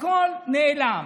הכול נעלם.